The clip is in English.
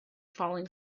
falling